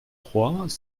trois